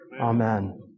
Amen